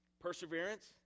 perseverance